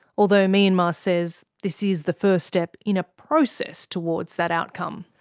although myanmar says this is the first step in a process towards that outcome.